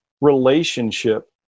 relationship